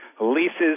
leases